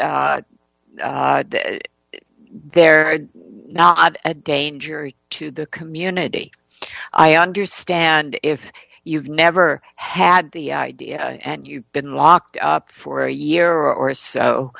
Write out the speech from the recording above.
they're not a danger to the community so i understand if you've never had the idea and you've been locked up for a year or so